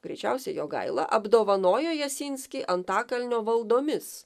greičiausiai jogaila apdovanojo jasinskį antakalnio valdomis